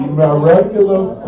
miraculous